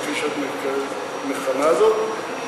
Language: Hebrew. כפי שאת מכנה זאת,